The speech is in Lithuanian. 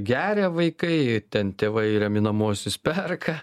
geria vaikai ten tėvai raminamuosius perka